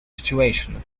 situation